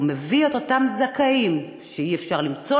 והוא מביא את אותם זכאים שאי-אפשר למצוא